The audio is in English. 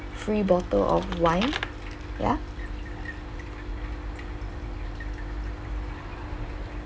free bottle of wine ya